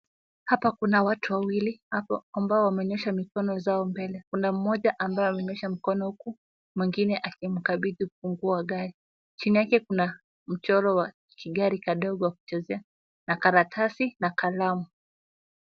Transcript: Hapa kuna watu wawili ambao wamenyosha mikono zao mbele, kuna mmoja ambaye amenyosha mkono, huku mwingine akimkabidhi ufunguo wa gari, chini yake kuna mchoro wa kigari kidogo cha kuchezea, na karatasi na kalamu.